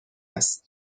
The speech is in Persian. است